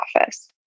office